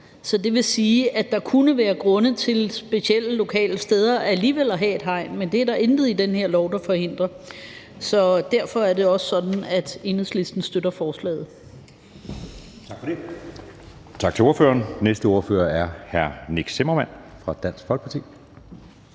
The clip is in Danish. Det vil sige, at der kunne være grunde til specielle lokale steder alligevel at have et hegn, men det er der intet i det her lovforslag der forhindrer. Så derfor er det også sådan, at Enhedslisten støtter forslaget. Kl. 13:16 Anden næstformand (Jeppe Søe): Tak for det. Tak til ordføreren. Næste ordfører er hr. Nick Zimmermann fra Dansk Folkeparti.